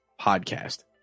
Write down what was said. Podcast